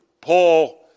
Paul